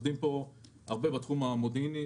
אנחנו עובדים פה הרבה בתחום המודיעיני,